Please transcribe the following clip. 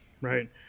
Right